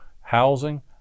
housing